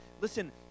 Listen